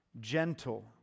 Gentle